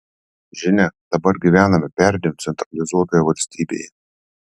žinia dabar gyvename perdėm centralizuotoje valstybėje